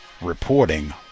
reporting